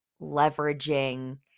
leveraging